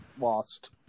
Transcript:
lost